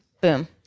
boom